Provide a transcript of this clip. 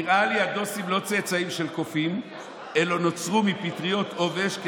נראה לי שהדוסים לא צאצאים של קופים אלא נוצרו מפטריות עובש.